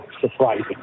surprising